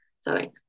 sorry